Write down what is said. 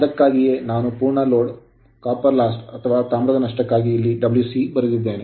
ಅದಕ್ಕಾಗಿಯೇ ನಾನು ಪೂರ್ಣ ಲೋಡ್ ತಾಮ್ರದ ನಷ್ಟಕ್ಕಾಗಿ ಇಲ್ಲಿ Wc ಬರೆದಿದ್ದೇನೆ